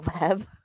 Web